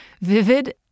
vivid